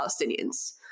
palestinians